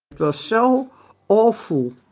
was so awful